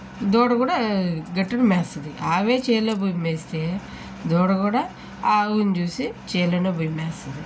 దూడ కూడా గట్టున మేస్తుంది ఆవే చేలో పోయి మేస్తే దూడ కూడా ఆవుని చూసి చేలోనే పోయి మేస్తుంది